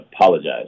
apologize